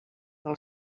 del